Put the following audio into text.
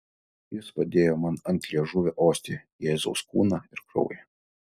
jis padėjo man ant liežuvio ostiją jėzaus kūną ir kraują